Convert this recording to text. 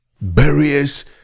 barriers